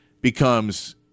becomes